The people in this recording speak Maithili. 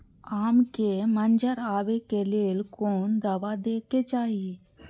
आम के मंजर आबे के लेल कोन दवा दे के चाही?